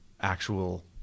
actual